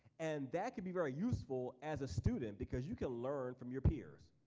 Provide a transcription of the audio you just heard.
and that could be very useful as a student because you can learn from your peers.